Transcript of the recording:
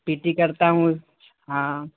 پی T کرتا ہوں ہاں